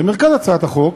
במרכז הצעת החוק